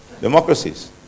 democracies